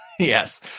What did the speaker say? Yes